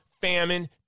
famine